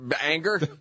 anger